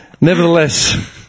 nevertheless